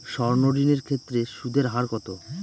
সর্ণ ঋণ এর ক্ষেত্রে সুদ এর হার কত?